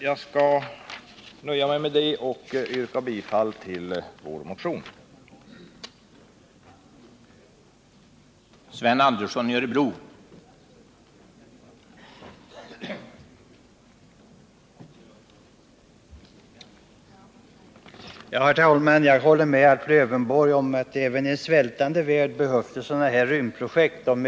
Jag nöjer mig med detta och yrkar bifall till motionen 2344.